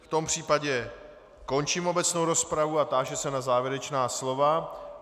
V tom případě končím obecnou rozpravu a táži se na závěrečná slova.